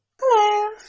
Hello